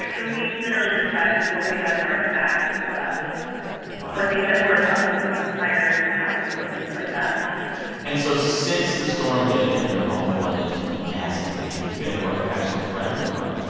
so we literally just had what we had in our bags when we left wow or things that were up in higher cabinets and things like that and so since the storm hit and your home flooded massively, you've been what? crashing with friends or what?